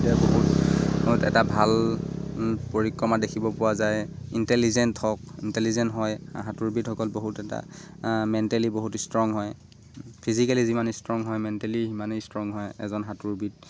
এতিয়া বহুত এটা ভাল পৰিক্ৰমা দেখিব পোৱা যায় ইণ্টেলিজেণ্ট হওক ইণ্টেলিজেণ্ট হয় সাঁতোৰবিদসকল বহুত এটা মেণ্টেলি বহুত ইষ্ট্ৰং হয় ফিজিকেলি যিমান ইষ্ট্ৰং হয় মেণ্টেলি সিমানেই ইষ্ট্ৰং হয় এজন সাঁতোৰবিদ